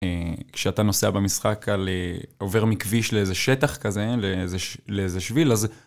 כשאתה נוסע במשחק, עובר מכביש לאיזה שטח כזה, לאיזה שביל, אז...